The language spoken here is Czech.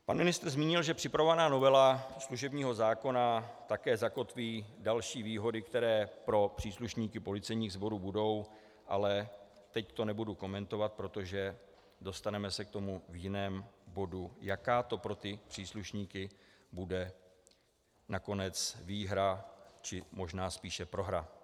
Pan ministr zmínil, že připravovaná novela služebního zákona také zakotví další výhody, které pro příslušníky policejních sborů budou, ale teď to nebudu komentovat, protože dostaneme se k tomu v jiném bodu, jaká to pro ty příslušníky bude nakonec výhra, či možná spíše prohra.